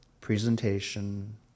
presentation